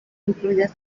incluidas